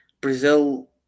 Brazil